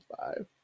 five